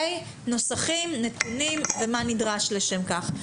נוסחים, נתונים ומה נדרש לשם כך.